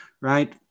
right